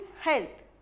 health